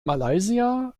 malaysia